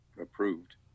approved